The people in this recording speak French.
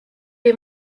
les